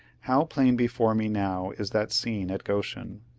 how plain before me now is that scene at goshen!